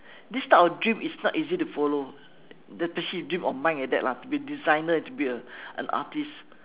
this type of dream is not easy to follow especially a dream of mine like that lah to be designer to be a an artist